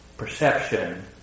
perception